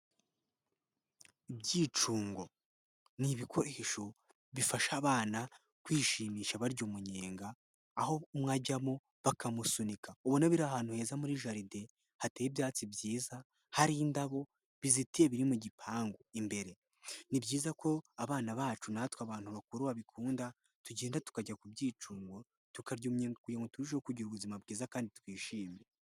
Ibyicungo ni ibikoresho bifasha abana kwishimisha barya umunyenga, aho umwe ajyamo bakamusunika ubona biri ahantu heza muri jaride hateye ibyatsi byiza hari indabo bizitiye biri mu gipangu imbere. Ni byiza ko abana bacu natwe abantu bakuru babikunda, tugenda tukajya ku byicungo tukarya umunyenga kugira ngo turusheho kugira ubuzima bwiza kandi twishime.